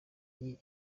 iyi